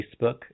Facebook